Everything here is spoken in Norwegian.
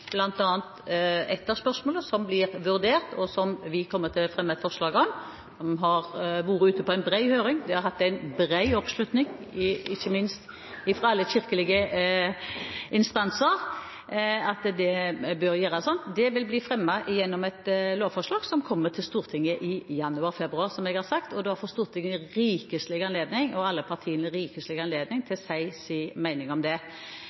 bl.a. ett av spørsmålene som blir vurdert, og som vi kommer til å fremme forslag om. Det har vært ute på en bred høring, og det har hatt bred oppslutning, ikke minst fra alle kirkelige instanser. At det bør gjøres sånn, vil bli fremmet gjennom et lovforslag som kommer til Stortinget i januar/februar, som jeg har sagt, og da får Stortinget og alle partiene rikelig anledning til å si sin mening om det.